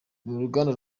n’uruganda